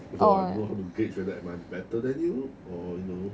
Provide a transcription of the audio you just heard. so I don't know how to gauge whether I am better than you or you know